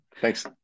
Thanks